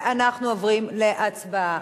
אנחנו עוברים להצבעה.